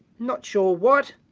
not sure what.